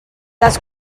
les